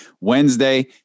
Wednesday